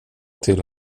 till